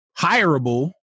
hireable